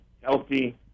healthy